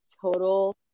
total